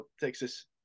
Texas